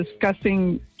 discussing